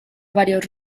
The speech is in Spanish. varios